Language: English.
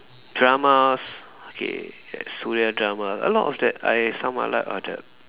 dramas okay like Suria dramas a lot of that I some I like are the